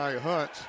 Hunt